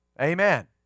Amen